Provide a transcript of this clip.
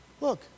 Look